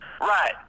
Right